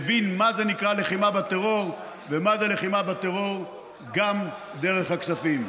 מבין מה זה נקרא לחימה בטרור ומה זה לחימה בטרור גם דרך הכספים.